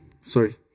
sorry